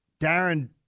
Darren